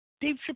Dave